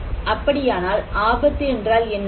அப்படியானால் ஆபத்து என்றால் என்ன